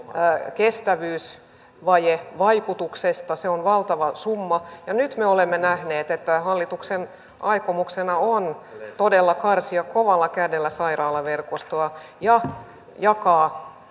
kestävyysvajevaikutuksesta se on valtava summa nyt me olemme nähneet että hallituksen aikomuksena on todella karsia kovalla kädellä sairaalaverkostoa ja jakaa